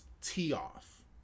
tee-off